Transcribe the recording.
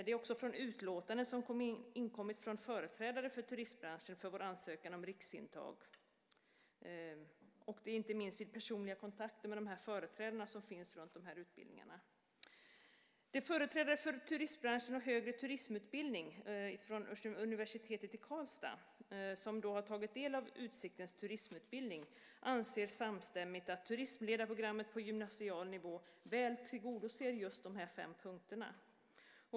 De är också från ett utlåtande som inkommit från företrädare för turistbranschen när det gäller ansökan om riksintag. Inte minst framhålls de i personliga kontakter med de företrädare som finns för de här utbildningarna. De företrädare för turistbranschen och för högre turismutbildning vid universitetet i Karlstad som har tagit del av Utsiktens turismutbildning anser samstämmig att turistledarprogrammet på gymnasial nivå väl tillgodoser just de här fem punkterna.